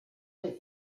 they